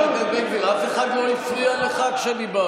חבר הכנסת בן גביר, אף אחד לא הפריע לך כשדיברת.